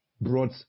brought